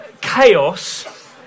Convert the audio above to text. chaos